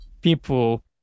people